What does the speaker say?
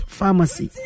Pharmacy